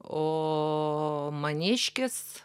o maniškis